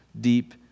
deep